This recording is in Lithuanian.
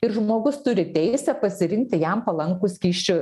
ir žmogus turi teisę pasirinkti jam palankų skysčių